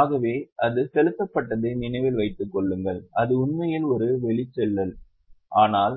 ஆகவே அது செலுத்தப்பட்டதை நினைவில் வைத்துக் கொள்ளுங்கள் அது உண்மையில் ஒரு வெளிச்செல்லல் ஆனால்